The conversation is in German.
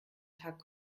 tag